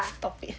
stop it